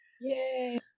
Yay